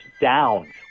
down